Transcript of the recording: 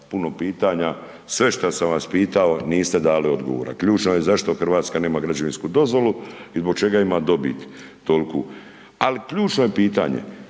puno pitanja, sve šta sam vas pitao, niste dali odgovor, a ključno je zašto Hrvatska nema građevinsku dozvolu i zbog čega ima dobit toliku ali ključno je pitanje